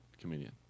comedian